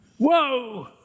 Whoa